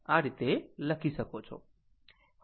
આ રીતે લખી શકો છો